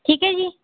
ਠੀਕ ਹੈ ਜੀ